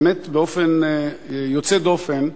באמת באופן יוצא דופן,